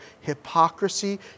hypocrisy